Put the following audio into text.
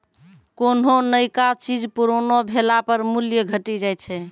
कोन्हो नयका चीज पुरानो भेला पर मूल्य घटी जाय छै